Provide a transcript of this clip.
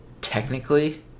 technically